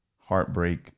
heartbreak